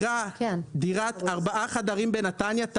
דירת 4 חדרים בנתניה,